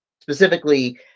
specifically